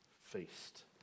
feast